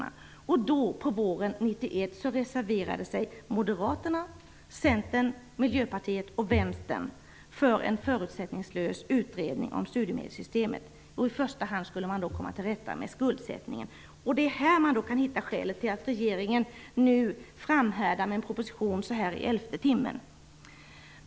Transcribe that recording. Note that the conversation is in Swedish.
Då, på våren 1991, reserverade sig Moderaterna, Centern, Miljöpartiet och Vänsterpartiet för en förutsättningslös utredning om studiemedelssystemet. I första hand borde man komma till rätta med den höga skuldsättningen. Här kan man hitta skälet till att regeringen nu framhärdar med en proposition i elfte timmen.